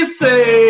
say